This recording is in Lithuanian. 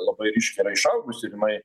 labai ryškiai yra išaugusi ir jinai